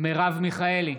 מרב מיכאלי,